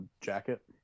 jacket